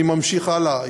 אני ממשיך הלאה.